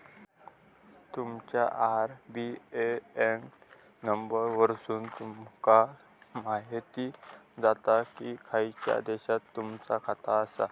तुमच्या IBAN number वरसुन तुमका म्हायती जाताला की खयच्या देशात तुमचा खाता आसा